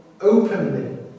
openly